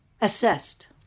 Assessed